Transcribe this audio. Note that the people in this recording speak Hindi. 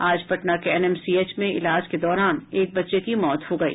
आज पटना के एनएमसीएच में इलाज के दौरान एक बच्चे की मौत हो गयी